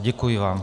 Děkuji vám.